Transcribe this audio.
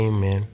Amen